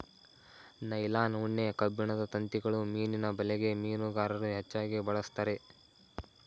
nylon, ಉಣ್ಣೆ, ಕಬ್ಬಿಣದ ತಂತಿಗಳು ಮೀನಿನ ಬಲೆಗೆ ಮೀನುಗಾರರು ಹೆಚ್ಚಾಗಿ ಬಳಸ್ತರೆ